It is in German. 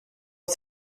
ist